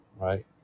right